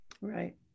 Right